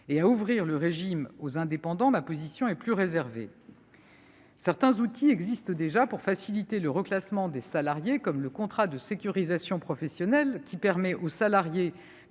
et ouvrir le régime aux indépendants, ma position est plus réservée. Certains outils existent déjà pour faciliter le reclassement, comme le contrat de sécurisation professionnelle, qui permet aux salariés